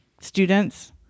Students